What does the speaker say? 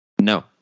No